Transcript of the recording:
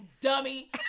dummy